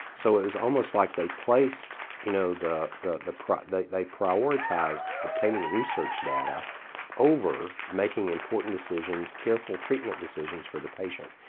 so it was almost like they placed, you know, the the they they prioritized obtaining research data over making important decisions, careful treatment decisions for the patient.